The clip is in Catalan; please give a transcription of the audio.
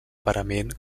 parament